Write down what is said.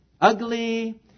ugly